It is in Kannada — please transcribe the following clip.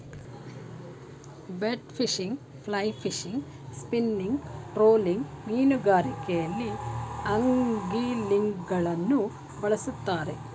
bait fishing, fly fishing, spinning, trolling ಮೀನುಗಾರಿಕೆಯಲ್ಲಿ ಅಂಗ್ಲಿಂಗ್ಗಳನ್ನು ಬಳ್ಸತ್ತರೆ